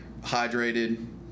hydrated